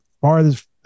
farthest